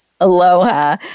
Aloha